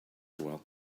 well